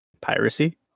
piracy